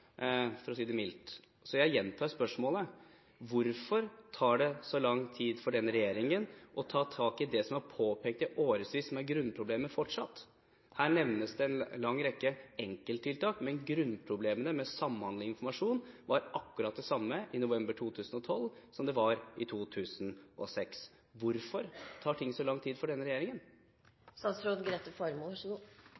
for å si det mildt. Så jeg gjentar spørsmålet: Hvorfor tar det så lang tid for denne regjeringen å ta tak i det som er påpekt i årevis, og som fortsatt er grunnproblemet? Her nevnes det en lang rekke enkelttiltak, men grunnproblemene med samhandling og informasjon var akkurat de samme i november 2012 som de var i 2006. Hvorfor tar ting så lang tid for denne regjeringen?